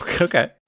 Okay